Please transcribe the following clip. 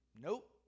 Nope